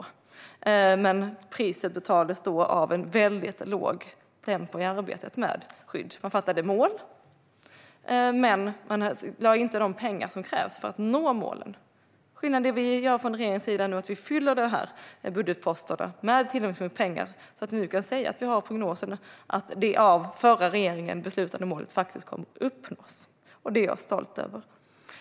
Priset för det var att det var ett väldigt lågt tempo i arbetet med skydd. Man fattade beslut om mål men lade inte fram de pengar som krävs för att nå målen. Skillnaden i det vi nu gör från regeringens sida är att vi fyller den här budgetposten med tillräckligt med pengar så att vi nu kan säga att vi har prognosen att det av förra regeringen beslutade målet faktiskt kommer att uppnås. Det är jag stolt över.